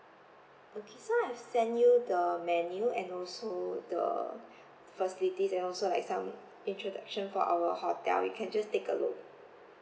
okay so I've sent you the menu and also the facilities and also like some introduction for our hotel you can just take a look